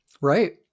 Right